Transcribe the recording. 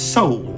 Soul